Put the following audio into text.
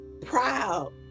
proud